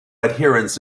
adherents